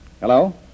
Hello